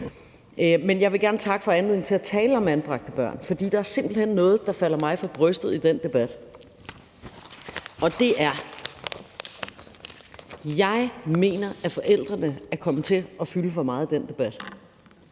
Men jeg vil gerne takke for anledningen til at tale om anbragte børn, for der er simpelt hen noget, der falder mig for brystet i den debat. Og det er, at jeg mener, at forældrene er kommet til at fylde for meget i den debat.